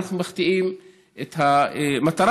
אנחנו מחטיאים את המטרה.